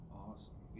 awesome